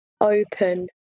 open